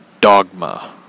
Dogma